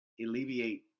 alleviate